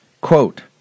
Quote